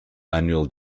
annual